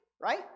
right